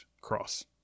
cross